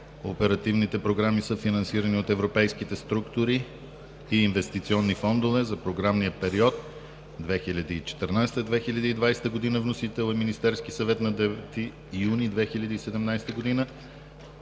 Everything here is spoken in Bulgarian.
оперативните програми, съфинансирани от европейските структурни и инвестиционни фондове за програмния период 2014 – 2020 г. Вносител е Министерският съвет на 9 юни 2017 г.